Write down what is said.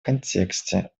контексте